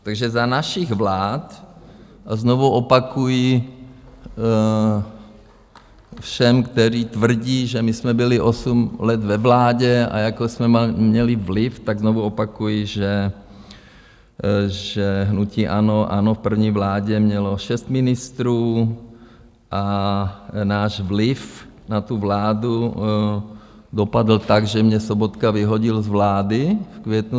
Takže za našich vlád, znovu opakuji všem, kteří tvrdí, že my jsme byli osm let ve vládě a jako jsme měli vliv, tak znovu opakuji, že hnutí ANO v první vládě mělo šest ministrů a náš vliv na tu vládu dopadl tak, že mě Sobotka vyhodil z vlády v květnu 2017.